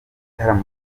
bitaramo